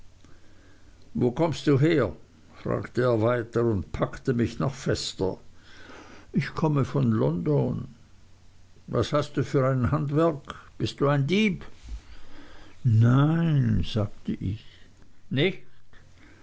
wo kommst du her fragte er weiter und packte mich noch fester ich komme von london was hast du für ein handwerk bist du ein dieb nein sagte ich